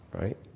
right